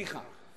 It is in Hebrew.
ניחא.